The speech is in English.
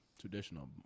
Traditional